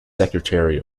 secretary